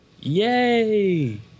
Yay